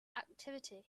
activity